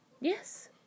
Yes